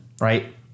right